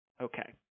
Okay